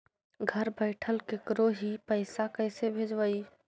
घर बैठल केकरो ही पैसा कैसे भेजबइ?